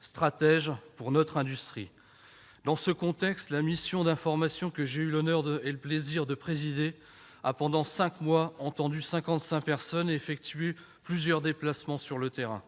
stratège pour notre industrie. Dans ce contexte, la mission d'information que j'ai eu le plaisir et l'honneur de présider a, pendant cinq mois, entendu 55 personnes et effectué plusieurs déplacements sur le terrain.